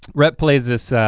rhett plays this,